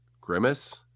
Grimace